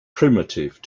primitive